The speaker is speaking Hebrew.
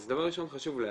אז דבר ראשון חשוב להגיד,